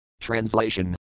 Translation